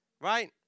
Right